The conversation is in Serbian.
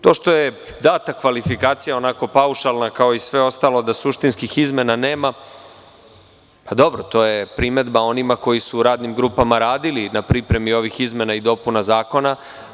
To što je data kvalifikacija, onako paušalna kao i sve ostalo, da suštinskih izmena nema, dobro, to je primedba onima koji su u radnim grupama radili na pripremi ovih izmena i dopuna zakona.